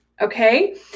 Okay